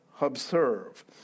observe